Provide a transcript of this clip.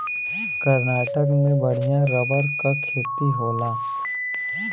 कर्नाटक में बढ़िया रबर क खेती होला